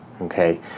okay